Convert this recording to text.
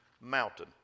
Mountain